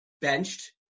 benched